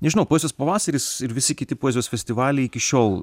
nežinau poezijos pavasaris ir visi kiti poezijos festivaliai iki šiol